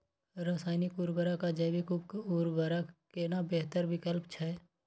रसायनिक उर्वरक आ जैविक उर्वरक केना बेहतर विकल्प छै?